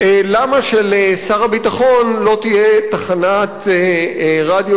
למה שלשר הביטחון לא תהיה תחנת רדיו,